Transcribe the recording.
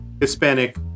Hispanic